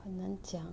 很难讲